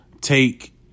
take